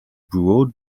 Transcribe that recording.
broad